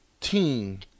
team